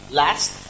last